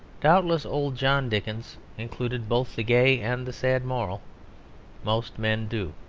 doubtless old john dickens included both the gay and the sad moral most men do.